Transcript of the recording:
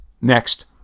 Next